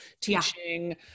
teaching